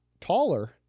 taller